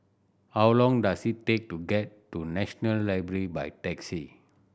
how long does it take to get to National Library by taxi